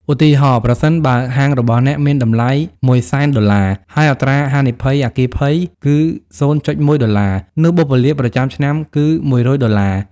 ឧទាហរណ៍៖ ប្រសិនបើហាងរបស់អ្នកមានតម្លៃ $100,000$ ហើយអត្រាហានិភ័យអគ្គិភ័យគឺ $0.1នោះបុព្វលាភប្រចាំឆ្នាំគឺ $100$ ដុល្លារ។